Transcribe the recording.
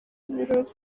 birori